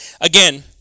Again